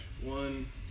one